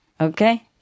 Okay